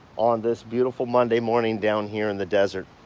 on this beautiful monday morning down here in the desert.